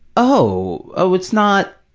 oh, oh, it's not,